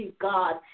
God